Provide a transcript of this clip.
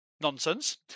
nonsense